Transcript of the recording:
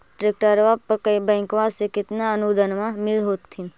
ट्रैक्टरबा पर बैंकबा से कितना अनुदन्मा मिल होत्थिन?